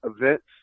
events